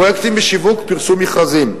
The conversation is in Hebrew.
פרויקטים בשיווק, פרסום מכרזים: